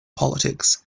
politics